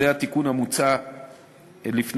זה התיקון המוצע לפניכם: